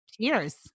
Cheers